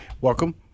Welcome